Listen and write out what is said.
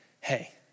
hey